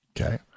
okay